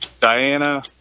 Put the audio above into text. Diana